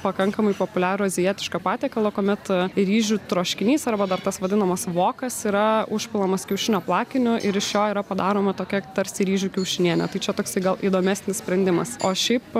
pakankamai populiarų azijietišką patiekalą kuomet ryžių troškinys arba dar tas vadinamas vokas yra užpilamas kiaušinio plakiniu ir iš jo yra padaroma tokia tarsi ryžių kiaušinienė tai čia toksai gal įdomesnis sprendimas o šiaip